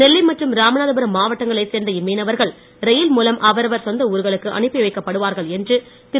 நெல்லை மற்றும் ராமநாதபுரம் மாவட்டங்களைச் சேர்ந்த இம்மீனவர்கள் ரயில் மூலம் அவரவர் சொந்த ஊர்களுக்கு அனுப்பிவைக்கப் படுவார்கள் என்று திரு